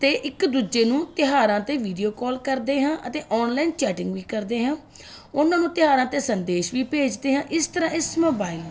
ਅਤੇ ਇੱਕ ਦੂਜੇ ਨੂੰ ਤਿਉਹਾਰਾਂ 'ਤੇ ਵੀਡੀਓ ਕੋਲ ਕਰਦੇ ਹਾਂ ਅਤੇ ਔਨਲਾਈਨ ਚੈਟਿੰਗ ਵੀ ਕਰਦੇ ਹਾਂ ਉਹਨਾਂ ਨੂੰ ਤਿਉਹਾਰਾਂ 'ਤੇ ਸੰਦੇਸ਼ ਵੀ ਭੇਜਦੇ ਹਾਂ ਇਸ ਤਰ੍ਹਾਂ ਇਸ ਮੋਬਾਈਲ ਨੂੰ